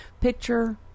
Picture